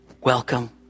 Welcome